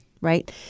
right